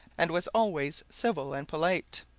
and was always civil and polite,